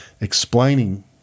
explaining